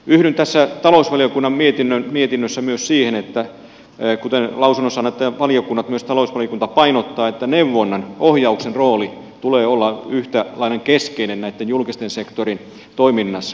yhdyn tässä talousvaliokunnan mietinnössä myös siihen kuten lausuntonsa antaneet valiokunnat ja myös talousvaliokunta painottavat että neuvonnan ohjauksen rooli tulee olla yhtä lailla keskeinen julkisen sektorin toiminnassa